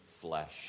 flesh